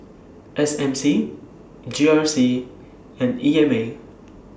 S M C G R C and E M A